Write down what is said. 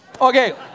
Okay